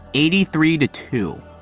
eighty three to two.